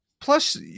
plus